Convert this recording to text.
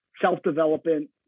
self-development